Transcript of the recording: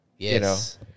Yes